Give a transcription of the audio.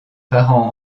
parents